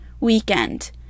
weekend